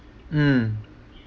mm